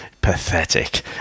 pathetic